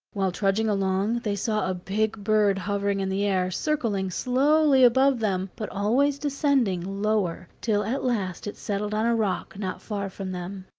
while trudging along they saw a big bird hovering in the air, circling slowly above them, but always descending lower, till at last it settled on a rock not far from them.